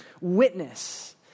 witness